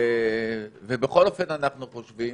ובכל אופן אנחנו חושבים,